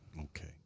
Okay